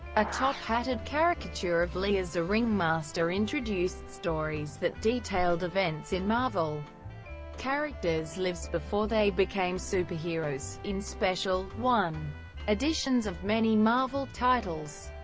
a top-hatted caricature of lee as a ringmaster introduced stories that detailed events in marvel characters' lives before they became superheroes, in special one editions of many marvel titles.